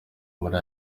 muri